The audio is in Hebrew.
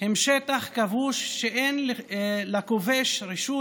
הן שטח כבוש, ושאין לכובש רשות